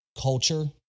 culture